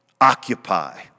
Occupy